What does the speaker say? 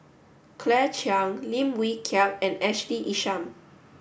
Claire Chiang Lim Wee Kiak and Ashley Isham